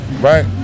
Right